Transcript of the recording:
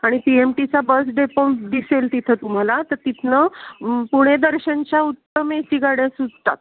आणि P M टीचा bus depot मग दिसेल तिथं तुम्हाला तर तिथून पुणे दर्शनच्या उत्तम ए सी गाड्या सुटतात